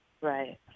Right